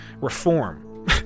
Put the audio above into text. reform